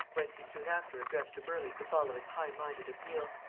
whence he soon after addressed to burleigh the following high-minded appeal